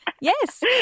yes